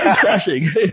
crashing